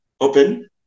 open